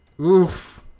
oof